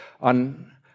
on